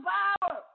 power